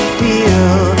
feel